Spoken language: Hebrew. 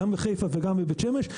גם בחיפה וגם בבית שמש,